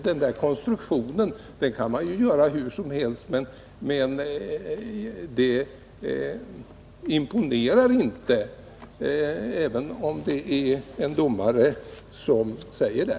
Denna konstruktion kan man enligt min mening göra hur som helst, men det imponerar inte, även om det är en domare som säger det.